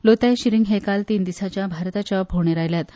लोताय शिरींग हें काल तीन दिसांच्या भारताचे भोंवडेर आयल्यात